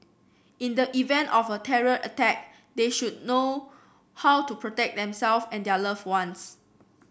in the event of a terror attack they should know how to protect themself and their loved ones